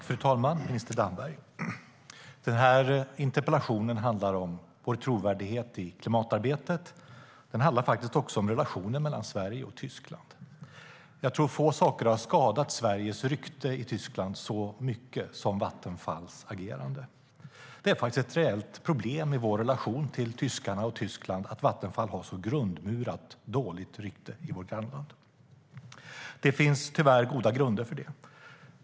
Fru talman! Minister Damberg! Interpellationen handlar om vår trovärdighet i klimatarbetet. Den handlar också om relationen mellan Sverige och Tyskland. Jag tror att få saker har skadat Sveriges rykte i Tyskland så mycket som Vattenfalls agerande. Det är ett reellt problem i vår relation till tyskarna och Tyskland att Vattenfall har ett så grundmurat dåligt rykte i vårt grannland. Det finns tyvärr goda grunder för det.